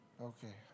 Okay